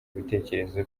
ibitekerezo